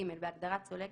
(ג)בהגדרה "סולק",